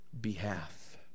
behalf